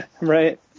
Right